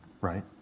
right